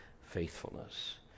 faithfulness